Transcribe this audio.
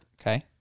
Okay